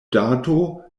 dato